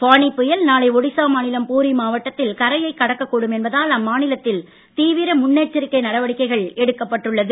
ஃபானி புயல் நாளை ஒடிசா மாநிலம் பூரி மாவட்டத்தில் கரையை கடக்கக்கூடும் என்பதால் அம்மாநிலத்தில் தீவிர முன்னெச்சரிக்கை நடவடிக்கைகள் எடுக்கப்பட்டுள்ளது